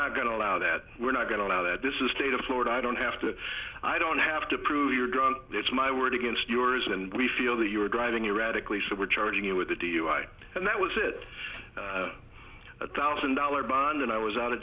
not going to allow that we're not going to allow that this is state of florida i don't have to i don't have to prove you're drunk it's my word against yours and we feel that you're driving erratically so we're charging you with a dui and that was it a thousand dollars bond and i was out of